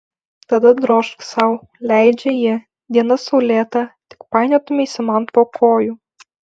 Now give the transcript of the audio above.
tada drožk sau leidžia ji diena saulėta tik painiotumeisi man po kojų